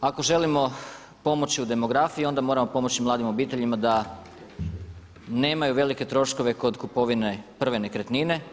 Ako želimo pomoći u demografiji onda moramo pomoći mladim obiteljima da nemaju velike troškove kod kupovine prve nekretnine.